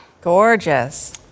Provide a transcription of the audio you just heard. gorgeous